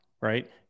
right